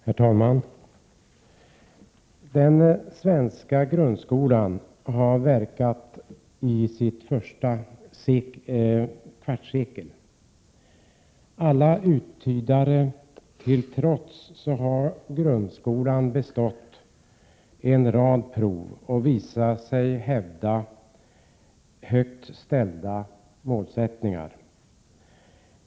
Herr talman! Den svenska grundskolan har verkat i sitt första kvartssekel. Alla uttydare till trots har grundskolan bestått en rad prov och visat sig hävda högt ställda målsättningar.